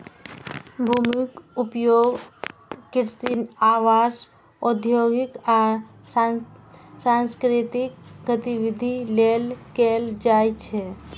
भूमिक उपयोग कृषि, आवास, औद्योगिक आ सांस्कृतिक गतिविधि लेल कैल जाइ छै